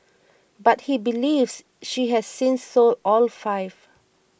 but he believes she has since sold all five